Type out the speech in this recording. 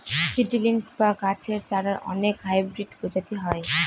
seedlings বা গাছের চারার অনেক হাইব্রিড প্রজাতি হয়